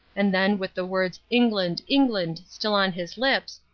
and then, with the words england, england, still on his lips,